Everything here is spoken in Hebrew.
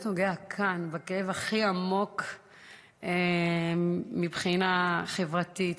נוגע כאן בכאב הכי עמוק מבחינה חברתית,